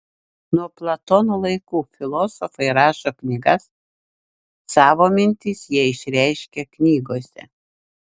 nuo platono laikų filosofai rašo knygas savo mintis jie išreiškia knygose